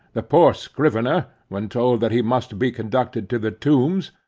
the poor scrivener, when told that he must be conducted to the tombs,